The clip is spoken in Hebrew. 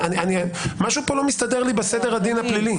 משהו לא מסתדר לי בסדר הדין הפלילי.